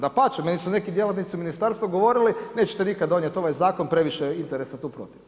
Dapače, meni su neki djelatnici ministarstva govorili nećete nikad donijeti ovaj zakon, previše je interesa tu protiv.